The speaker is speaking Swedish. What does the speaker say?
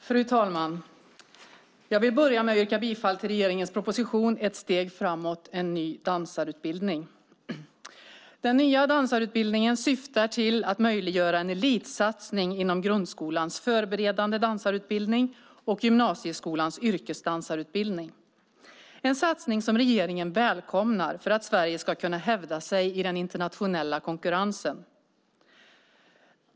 Fru talman! Jag vill börja med att yrka bifall till regeringens proposition Ett steg framåt - en ny dansarutbildning . Den nya dansarutbildningen syftar till att möjliggöra en elitsatsning inom grundskolans förberedande dansarutbildning och gymnasieskolans yrkesdansarutbildning. Det är en satsning som regeringen välkomnar för att Sverige ska kunna hävda sig i den internationella konkurrensen.